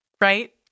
right